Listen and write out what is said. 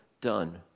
done